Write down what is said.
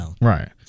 Right